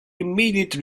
immediate